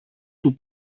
του